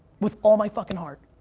with all my fucking heart.